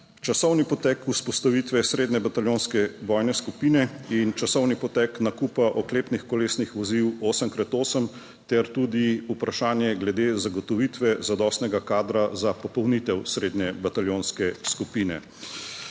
časovni potek vzpostavitve srednje bataljonske bojne skupine in časovni potek nakupa oklepnih kolesnih vozil 8×8 ter tudi vprašanje glede zagotovitve zadostnega kadra za popolnitev srednje bataljonske skupine.